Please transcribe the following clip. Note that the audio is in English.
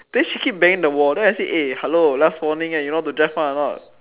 then she keep banging the wall then I say hello last warning you know how to drive one or not